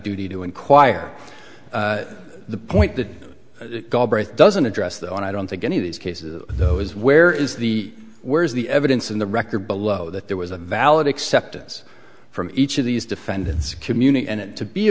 duty to inquire the point that it doesn't address that and i don't think any of these cases though is where is the where is the evidence in the record below that there was a valid acceptance from each of these defendants community and it to be a